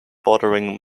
bordering